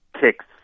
kicks